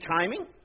timing